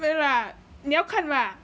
okay lah 你要看吗